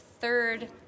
third